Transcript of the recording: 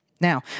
Now